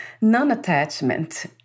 non-attachment